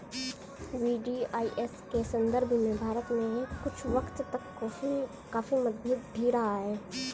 VDIS के संदर्भ में भारत में कुछ वक्त तक काफी मतभेद भी रहा है